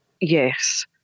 Yes